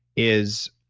is,